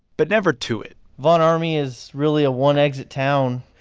but never to it von ormy is really a one-exit town,